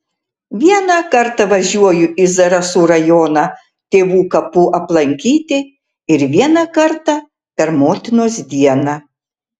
vieną kartą važiuoju į zarasų rajoną tėvų kapų aplankyti ir vieną kartą per motinos dieną